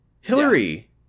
hillary